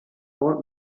old